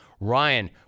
Ryan